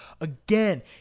again